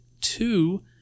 two